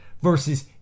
versus